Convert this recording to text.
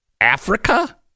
Africa